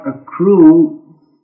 accrue